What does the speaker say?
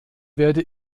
werde